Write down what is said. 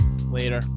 Later